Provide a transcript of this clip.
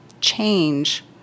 change